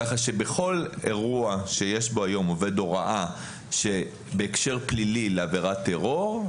ככה שבכל אירוע שיש בו היום עובד הוראה בהקשר פלילי לעבירת טרור,